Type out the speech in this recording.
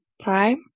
time